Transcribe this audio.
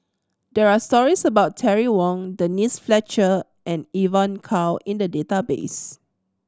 there are stories about Terry Wong Denise Fletcher and Evon Kow in the database